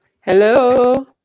Hello